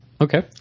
Okay